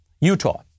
Utah